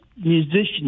musicians